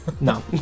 No